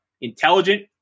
intelligent